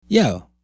yo